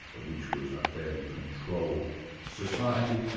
which was a fairly controlled society.